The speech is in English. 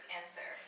answer